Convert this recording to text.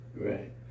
Right